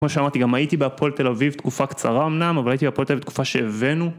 כמו שאמרתי גם הייתי בהפועל תל אביב תקופה קצרה אמנם, אבל הייתי בהפועל תל אביב תקופה שהבאנו.